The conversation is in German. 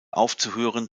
aufzuhören